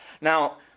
Now